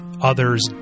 others